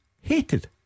hated